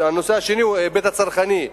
והנושא השני הוא ההיבט הצרכני.